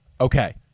Okay